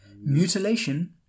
Mutilation